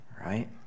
right